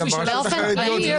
באופן כללי,